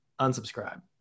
unsubscribe